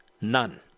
None